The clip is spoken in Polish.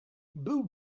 był